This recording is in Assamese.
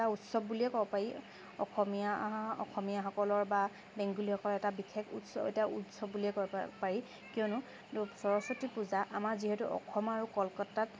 এটা উৎসৱ বুলিয়ে ক'ব পাৰি অসমীয়া অসমীয়া সকলৰ বা বেঙ্গোলীসকলৰ এটা বিশেষ উৎছব বুলিয়ে ক'ব পাৰি কিয়নো সৰস্বতী পূজা আমাৰ যিহেতু অসম আৰু কলকাতাত